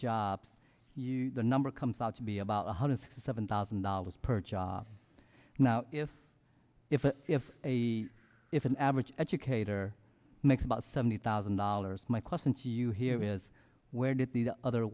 jobs the number comes out to be about one hundred sixty seven thousand dollars per job now if if if a if an average educator makes about seventy thousand dollars my question to you here is where did the other